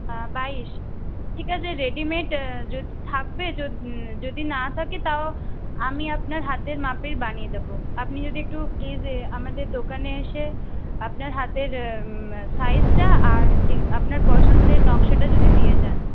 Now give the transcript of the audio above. হ্যাঁ বাইশ ঠিক আছে রেডিমেড যদি থাকবে যদি যদি না থাকে তাও আমি আপনার হাতের মাপের বানিয়ে দেবো আপনি যদি একটু প্লিজ আমাদের দোকানে এসে আপনার হাতের সাইজটা আর আপনার পছন্দের নকশাটা যদি দিয়ে যান